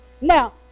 Now